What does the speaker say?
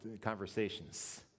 conversations